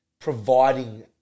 providing